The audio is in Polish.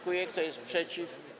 Kto jest przeciw?